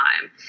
time